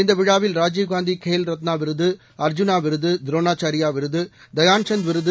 இந்த விழாவில் ராஜீவ்காந்தி கேல் ரத்னா விருது அர்ஜூனா விருது துரோணாச்சாரியா விருது தயான்சந்த் விருது